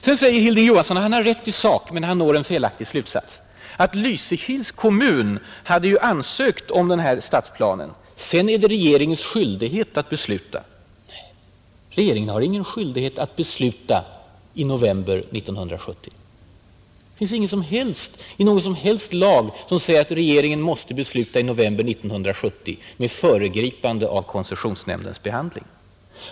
Sedan säger Hilding Johansson — jag tycker att han har rätt i sak men att han når en felaktig slutsats — att Lysekils kommun hade ansökt om denna stadsplan och sedan var det regeringens skyldighet att besluta. Men regeringen hade ingen som helst skyldighet att besluta i november 1970. Det finns ingen som helst lag som säger att regeringen måste besluta i november 1970 med föregripande av koncessionsnämndens behandling.